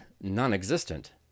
non-existent